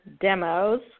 demos